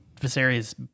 Viserys